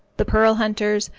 the pearl hunters,